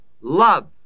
love